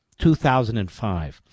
2005